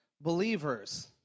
Believers